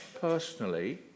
personally